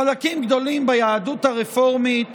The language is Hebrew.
חלקים גדולים ביהדות הרפורמית